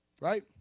Right